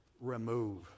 remove